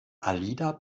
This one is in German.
alida